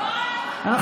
נתקבלה.